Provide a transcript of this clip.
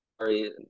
sorry